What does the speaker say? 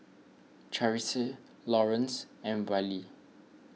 Charisse Laurence and Wiley